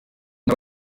aba